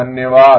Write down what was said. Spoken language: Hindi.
धन्यवाद